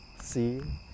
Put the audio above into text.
see